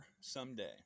someday